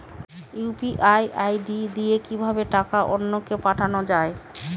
UPI ID দিয়ে কিভাবে টাকা অন্য কে পাঠানো যায়?